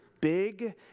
big